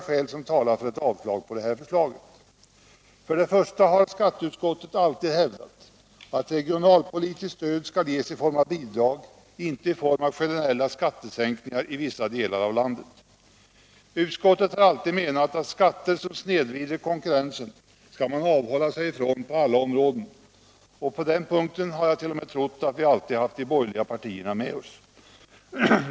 För det första har skatteutskottet alltid hävdat att regionalpolitiskt stöd skall ges i form av bidrag, inte i form av generella skattesänkningar i vissa delar av landet. Utskottet har alltid menat att skatter som snedvrider konkurrensen skall man avhålla sig ifrån på alla områden, och på den punkten har jag alltid trott att vi haft även de borgerliga partierna med oss.